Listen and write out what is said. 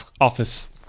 office